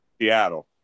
Seattle